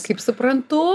kaip suprantu